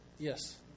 Yes